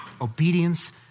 Obedience